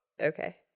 Okay